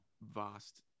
vast